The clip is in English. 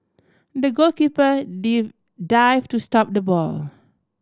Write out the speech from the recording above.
the goalkeeper dived to stop the ball